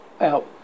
out